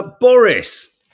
Boris